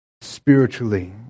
Spiritually